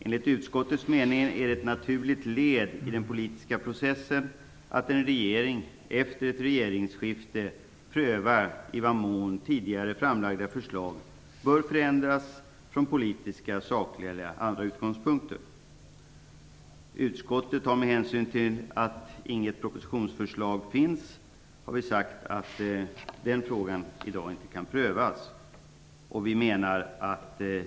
Enligt utskottets mening är det ett naturligt led i den politiska processen att en regering efter ett regeringsskifte prövar i vad mån tidigare framlagda förslag bör förändras från politiska, sakliga eller andra utgångspunkter. Med hänsyn till att det inte föreligger något propositionsförslag har utskottet sagt att frågan inte kan prövas i dag.